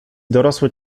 dorosły